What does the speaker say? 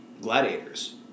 gladiators